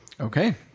okay